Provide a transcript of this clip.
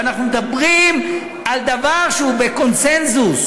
ואנחנו מדברים על דבר שהוא בקונסנזוס,